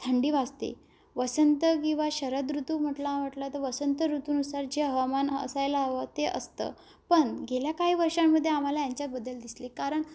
थंडी वाजते वसंत किंवा शरद ऋतू म्हटलं म्हटलं तर वसंत ऋतूनुसार जे हवामान असायला हवं ते असतं पण गेल्या काही वर्षांमध्ये आम्हाला ह्यांच्यात बदल दिसले कारण